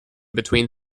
between